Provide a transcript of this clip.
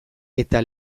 eta